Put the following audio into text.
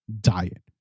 diet